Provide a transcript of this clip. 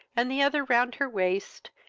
and the other round her waist,